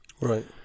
Right